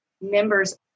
members